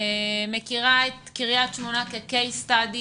מכירה את קריית שמונה כקייס סטאדי